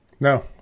no